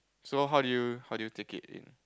so how do you how do you take it in